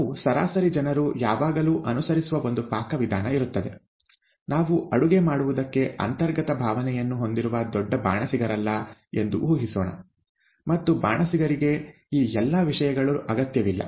ನಾವು ಸರಾಸರಿ ಜನರು ಯಾವಾಗಲೂ ಅನುಸರಿಸುವ ಒಂದು ಪಾಕವಿಧಾನ ಇರುತ್ತದೆ ನಾವು ಅಡುಗೆ ಮಾಡುವದಕ್ಕೆ ಅಂತರ್ಗತ ಭಾವನೆಯನ್ನು ಹೊಂದಿರುವ ದೊಡ್ಡ ಬಾಣಸಿಗರಲ್ಲ ಎಂದು ಊಹಿಸೋಣ ಮತ್ತು ಬಾಣಸಿಗರಿಗೆ ಈ ಎಲ್ಲಾ ವಿಷಯಗಳು ಅಗತ್ಯವಿಲ್ಲ